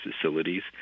facilities